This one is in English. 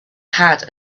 had